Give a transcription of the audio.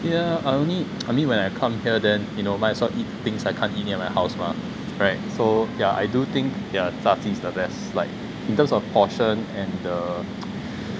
ya I only I mean when I come here then you know must as well eat things I can't eat near my house mah correct so yeah I do think yeah 炸鸡 is the best like in terms of portion and the